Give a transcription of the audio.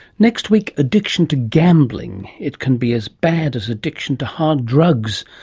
next week, addiction to gambling. it can be as bad as addiction to hard drugs,